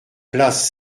place